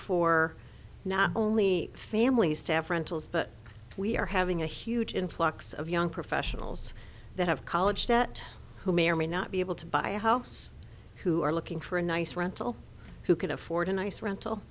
for not only family staff rentals but we are having a huge influx of young professionals that have college debt who may or may not be able to buy a house who are looking for a nice rental who can afford a nice rental